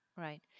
Right